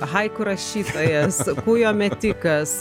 haiku rašytojas kūjo metikas